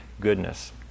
goodness